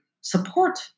support